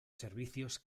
servicios